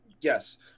yes